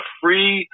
free